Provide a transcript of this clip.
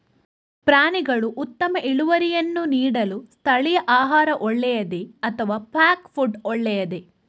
ಪ್ರಾಣಿಗಳು ಉತ್ತಮ ಇಳುವರಿಯನ್ನು ನೀಡಲು ಸ್ಥಳೀಯ ಆಹಾರ ಒಳ್ಳೆಯದೇ ಅಥವಾ ಪ್ಯಾಕ್ ಫುಡ್ ಒಳ್ಳೆಯದೇ?